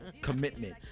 commitment